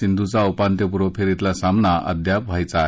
सिंधूचा उपांत्यपूर्व फेरीतला सामना अद्याप व्हायचा आहे